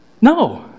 No